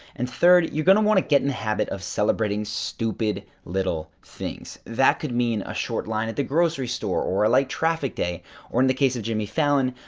and third, you're gonna want to get in the habit of celebrating stupid little things. that could mean a short line at the grocery store or like traffic day or, in the case of jimmy fallon,